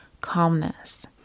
calmness